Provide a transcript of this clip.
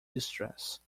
distress